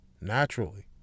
naturally